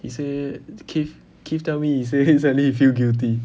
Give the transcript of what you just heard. he said keith keith tell he say suddenly he feel guilty